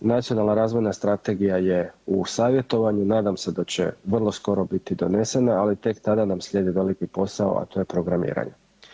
Nacionalna razvojna strategija je u savjetovanju, nadam se da će vrlo skoro biti donesena, ali tek tada nam slijedi veliki posao, a to je programiranje.